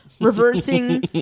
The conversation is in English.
reversing